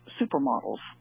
supermodels